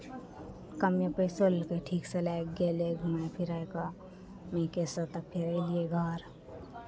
कमे पैसो लेलकै ठीकसँ लए कऽ गेलै घुमाय फिराय कऽ नीकेसँ तखने एलियै घर